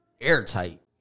airtight